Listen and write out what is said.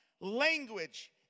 language